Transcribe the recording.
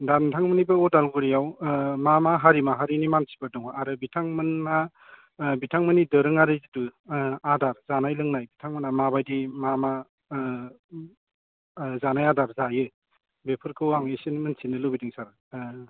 दा नोंथांमोननि बे अदालगुरियाव मा मा हारि माहारिनि मानसिफोर दङ आरो बिथांमोनहा बिथांमोननि दोरोङारि जितु आदार जानाय लोंनाय बिथांमोना माबायदि मा मा जानाय आदार जायो बेफोरखौ आं इसे मिथिनो लुबैदों सार